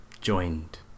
joined